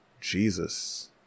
jesus